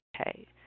Okay